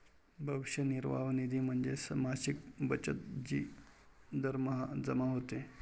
भविष्य निर्वाह निधी म्हणजे मासिक बचत जी दरमहा जमा होते